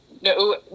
no